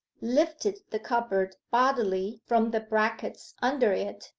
lifted the cupboard bodily from the brackets under it,